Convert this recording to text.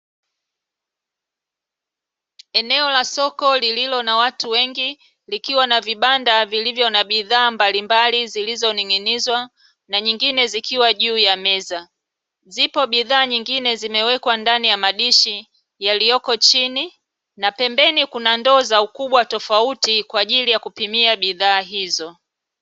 Eneo la soko lililo na watu wengi likiwa na vibanda vilivyo na bidhaa mbalimbali zilizoning'inizwa na nyingine zikiwa juu ya meza. Zipo bidhaa nyingine zimewekwa ndani ya madishi yaliyoko chini na pembeni kuna ndoo za ukubwa tofauti kwa ajili ya kupimia bidhaa hizo.